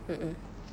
a'ah